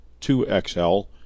2XL